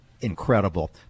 incredible